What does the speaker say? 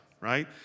right